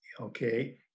okay